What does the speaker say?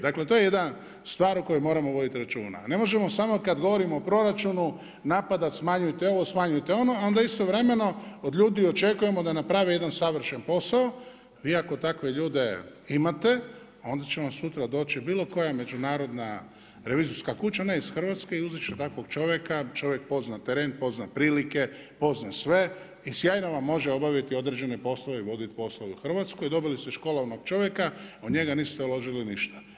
Dakle, to je jedna stvar o kojoj moramo voditi računa, a ne možemo samo kad govorimo o proračunu napadat smanjujte ovo, smanjujte ono, a onda istovremeno od ljudi očekujemo da naprave jedna savršen posao, vi ako takve ljude imate, onda će vam sutra doći bilo koja međunarodna revizorska kuća ne iz Hrvatske i uzet će takvog čovjeka, čovjek pozna teren, pozna prilike, pozna sve i sjajno vam može obaviti određene poslove i voditi poslove u Hrvatskoj, dobili ste školovanog čovjeka, a u njega niste uložili ništa.